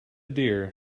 deer